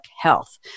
health